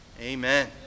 Amen